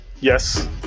Yes